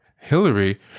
Hillary